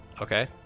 okay